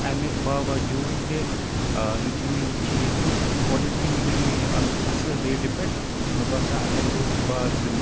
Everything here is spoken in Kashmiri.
اَمہِ باوجوٗد تہِ ٲں یُتھُے مےٚ یہِ چیٖز وُچھ گۄڈٕنیٚتھٕے مِلیٛو مےٚ یہِ اَکھ اصٕل ریٹہِ پٮ۪ٹھ مےٚ باسان اگر بہٕ بازرٕ